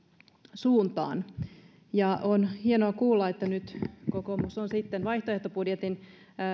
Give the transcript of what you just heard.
suuntaan on hienoa kuulla että nyt kokoomus on sitten vaihtoehtobudjetin